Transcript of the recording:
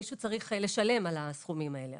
מישהו צריך לשלם על הסכומים האלה.